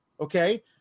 okay, –